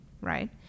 right